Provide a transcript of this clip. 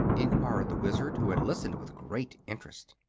enquired the wizard, who had listened with great interest.